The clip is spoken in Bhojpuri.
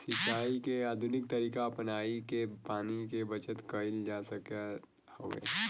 सिंचाई के आधुनिक तरीका अपनाई के पानी के बचत कईल जा सकत हवे